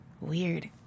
Weird